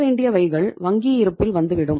பெற வேண்டியவைகள் வங்கி இருப்பில் வந்துவிடும்